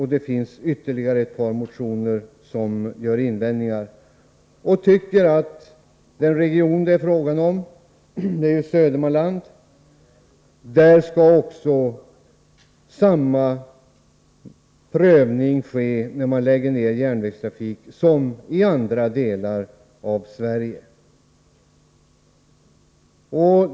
Ytterligare ett par motionärer har gjort invändningar och tycker att när man lägger ned järnvägstrafik skall samma prövning ske i fråga om Södermanland som i fråga om andra delar av Sverige.